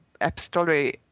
epistolary